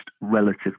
relative